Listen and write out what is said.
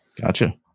Gotcha